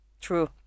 true